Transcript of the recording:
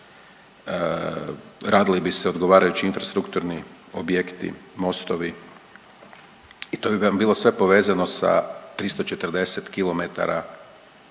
radili bi se odgovarajući infrastrukturni objekti, mostovi i to bi vam bilo sve povezano sa 340 km